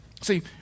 See